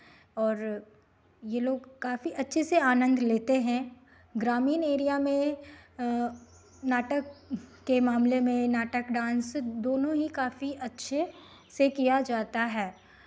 और ये लोग काफ़ी अच्छे से आनंद लेते हैं ग्रामीण एरिया में नाटक के मामले में नाटक डांस दोनों ही काफी अच्छे से किया जाता है